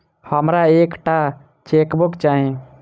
हमरा एक टा चेकबुक चाहि